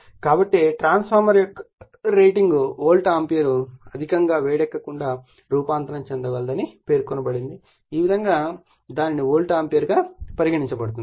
కాబట్టి ట్రాన్స్ఫార్మర్ యొక్క rating volt ampere గా అధికంగా వేడెక్కకుండా రూపాంతరం చెందగలదని పేర్కొనబడింది ఈ విధంగా దానిని వోల్ట్ ఆంపియర్ గా పరిగణించబడింది